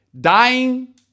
Dying